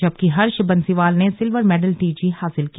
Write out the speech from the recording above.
जबकि हर्ष बंसीवाल ने silver medal टीजी हासिल किया